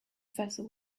vessel